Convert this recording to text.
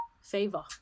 favor